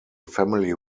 family